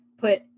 put